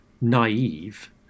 naive